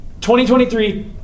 2023